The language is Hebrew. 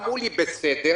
אמרו לי: בסדר,